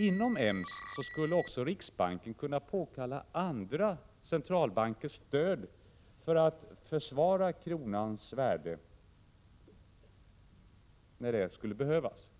Inom EMS skulle också riksbanken kunna påkalla andra centralbankers stöd för att försvara kronans värde när det skulle behövas.